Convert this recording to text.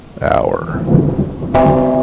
Hour